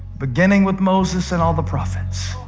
beginning with moses and all the prophets,